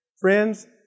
Friends